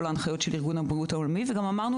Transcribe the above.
ההנחיות של ארגון הבריאות העולמי וגם אמרנו